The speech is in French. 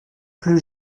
plus